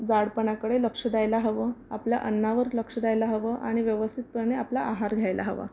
जाडपणाकडे लक्ष द्यायला हवं आपल्या अन्नावर लक्ष द्यायला हवं आणि व्यवस्थितपणे आपला आहार घ्यायला हवा